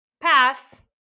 pass